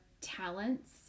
talents